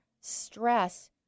stress